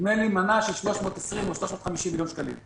נדמה לי, מנה של 320 מיליון או 350 מיליון שקלים.